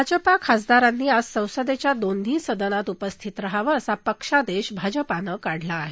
भाजपा खासदारांनी आज संसदेच्या दोन्ही सदनात उपस्थित रहावं असा पक्षादेश भाजपानं काढला आहे